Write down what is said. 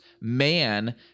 man